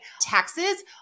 taxes